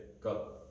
got